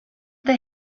they